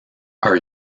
are